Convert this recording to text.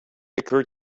occurred